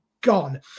gone